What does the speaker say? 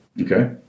Okay